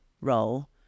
role